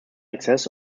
access